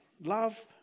Love